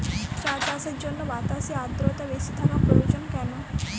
চা চাষের জন্য বাতাসে আর্দ্রতা বেশি থাকা প্রয়োজন কেন?